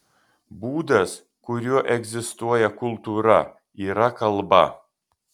būdas kuriuo egzistuoja kultūra yra kalba